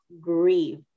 grieve